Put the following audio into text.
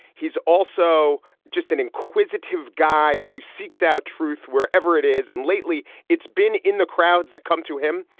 he's also just an inquisitive guy who seeks out truth wherever it is. and lately it's been in the crowds that come to him.